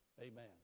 Amen